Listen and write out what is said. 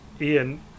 Ian